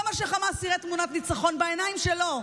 זה מה שחמאס יראה, תמונת ניצחון, בעיניים שלו.